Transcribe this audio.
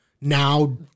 Now